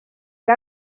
que